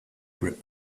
grip